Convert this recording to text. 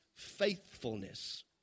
faithfulness